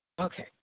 Okay